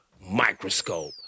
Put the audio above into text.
microscope